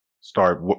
start